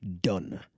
Done